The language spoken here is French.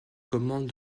commandes